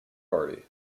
party